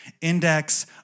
index